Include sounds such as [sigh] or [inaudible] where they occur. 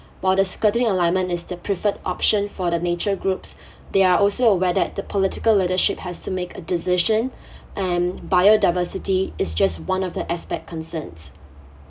while the skirting alignment is the preferred option for the nature groups [breath] they are also aware that the political leadership has to make a decision [breath] and biodiversity is just one of the aspect concerns